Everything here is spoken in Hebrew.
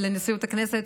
לנשיאות הכנסת,